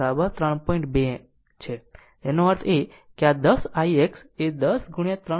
2 છે એનો અર્થ એ કે આ 10 ix એ 10 3